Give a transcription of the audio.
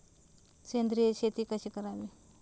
सेंद्रिय शेती कशी करावी?